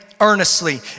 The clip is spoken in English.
earnestly